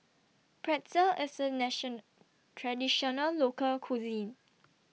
Pretzel IS A Nation Traditional Local Cuisine